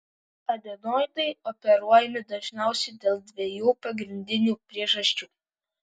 adenoidai operuojami dažniausiai dėl dviejų pagrindinių priežasčių